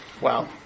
Wow